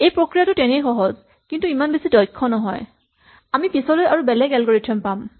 এই প্ৰক্ৰিয়াটো তেনেই সহজ কিন্তু ইমান বেছি দক্ষ নহয় আমি পিচলৈ আৰু বেলেগ এলগৰিথম পাম